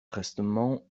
prestement